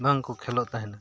ᱵᱟᱝ ᱠᱚ ᱠᱷᱮᱞᱳᱜ ᱛᱟᱦᱮᱱᱟ